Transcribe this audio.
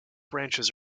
branches